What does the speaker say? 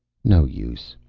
no use.